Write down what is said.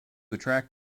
attract